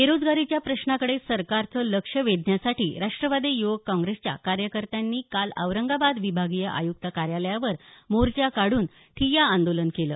बेरोजगारीच्या प्रश्नाकडे सरकारचं लक्ष वेधण्यासाठी राष्ट्रवादी युवक काँग्रेसच्या कार्यकर्त्यांनी काल औरंगाबाद विभागीय आयुक्त कार्यालयावर मोर्चा काढून ठिय्या आंदोलन केलं